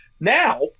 now